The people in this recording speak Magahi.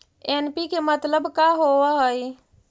एन.पी.के मतलब का होव हइ?